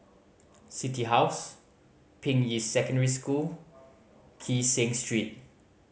City House Ping Yi Secondary School Kee Seng Street